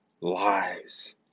lives